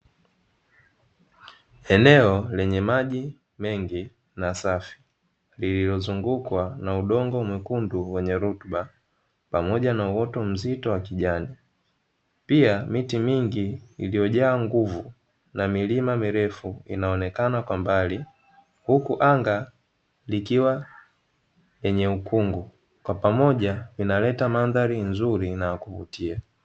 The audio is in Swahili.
Eneo lenye maji mengi na safi lililozungukwa na udongo mwekundu wa rutuba pamoja na uoto mzito wa kijani, pia miti mingi iliyojaa nguvu na milima mirefu inayoonekana kwa mbali huku anga likiwa lenye ukungu kwa pamoja linaleta mandhari tulivu na yakuvutia.